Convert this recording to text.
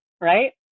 Right